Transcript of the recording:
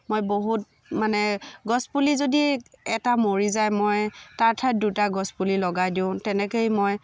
মই বহুত মানে গছ পুলি যদি এটা মৰি যায় মই তাৰ ঠাইত দুটা গছপুলি লগাই দিওঁ তেনেকেই মই